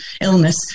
illness